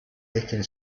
nicking